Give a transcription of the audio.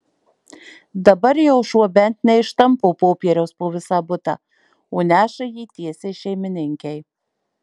dabar jau šuo bent neištampo popieriaus po visą butą o neša jį tiesiai šeimininkei